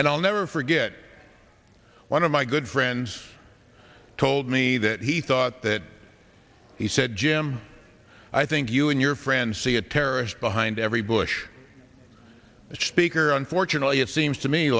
and i'll never forget one of my good friends told me that he thought that he said jim i think you and your friends see a terrorist behind every bush speaker unfortunately it seems